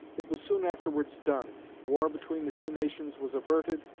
it was soon afterwards done, war between the two nations was averted,